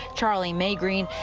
charlie may green,